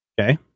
okay